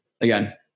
again